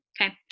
Okay